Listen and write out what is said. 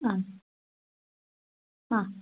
हा हा